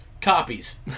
copies